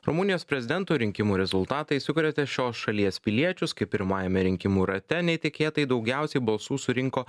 rumunijos prezidento rinkimų rezultatai sukrėtė šios šalies piliečius kai pirmajame rinkimų rate netikėtai daugiausiai balsų surinko